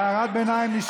הערת הביניים נשמעה.